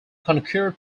conquered